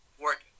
work